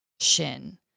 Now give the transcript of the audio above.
Shin